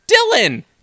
Dylan